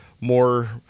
more